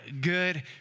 good